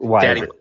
Daddy